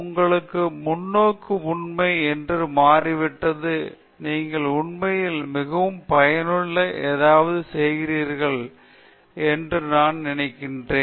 உங்கள் முன்னோக்கு உண்மை என்று மாறிவிட்டது மற்றும் நீங்கள் உண்மையில் மிகவும் பயனுள்ள ஏதாவது செய்கிறீர்கள் என்று நான் நினைக்கிறேன்